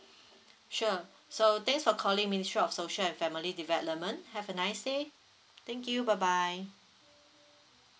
sure so thanks for calling ministry of social and family development have a nice day thank you bye bye